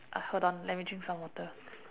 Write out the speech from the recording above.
uh hold on let me drink some water